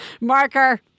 marker